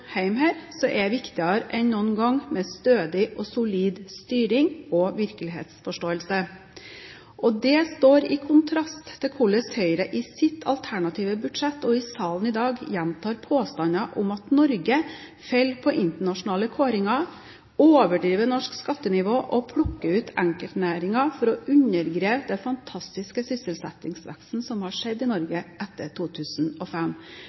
Også her hjemme er det viktigere enn noen gang med stødig og solid styring og virkelighetsforståelse. Det står i kontrast til hvordan Høyre i sitt alternative budsjett og i salen i dag gjentar påstander om at Norge faller på internasjonale kåringer, og overdriver norsk skattenivå og plukker ut enkeltnæringer for å undergrave den fantastiske sysselsettingsveksten som har skjedd i Norge etter 2005.